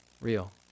real